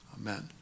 Amen